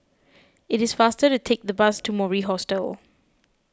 it is faster to take the bus to Mori Hostel